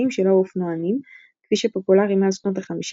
של "האופנוענים" כפי שפופולרי מאז שנות החמישים